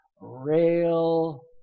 rail